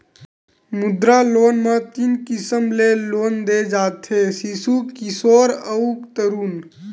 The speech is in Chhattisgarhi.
मुद्रा लोन म तीन किसम ले लोन दे जाथे सिसु, किसोर अउ तरून